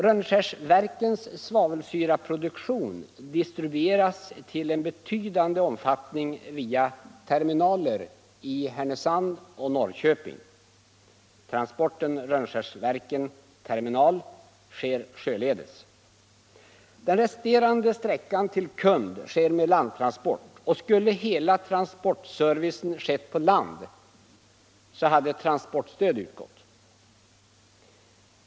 Rönnskärsverkens svavelsyreproduktion distribueras till en betydande omfattning via terminaler i Härnösand och Norrköping. Transporten Rönnskärsverken-terminal sker sjöledes. Den resterande sträckan till kund sker med landtransport. Hade hela transportservicen skett på land, skulle transportstöd ha utgått.